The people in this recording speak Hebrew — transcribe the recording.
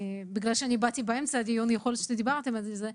בגלל שבאתי באמצע הדיון יכול להיות שדיברתם על זה,